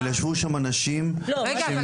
אבל ישבו שם אנשים שהם נמצאים --- רגע,